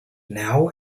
now